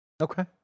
Okay